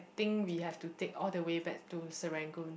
think we have to take all the way back to Serangoon